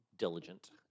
Diligent